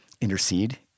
intercede